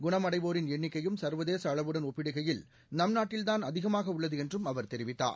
குண்மடைவோரின் எண்ணிக்கையும் சா்வதேச அளவுடன் ஒப்பிடுகையில் நம் நாட்டில்தான் அதிகமாக உள்ளது என்றும் அவர் தெரிவித்தார்